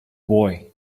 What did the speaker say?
boy